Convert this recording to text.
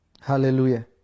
Hallelujah